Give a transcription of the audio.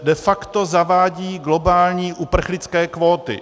De facto zavádí globální uprchlické kvóty.